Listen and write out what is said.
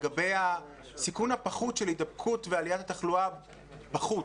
לגבי הסיכון הפחות של הידבקות ועליית התחלואה בחוץ,